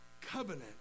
covenant